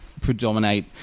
predominate